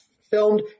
filmed